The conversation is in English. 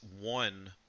one